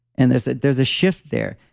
and there's ah there's a shift there.